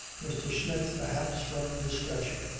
mr. smith, perhaps from discretion,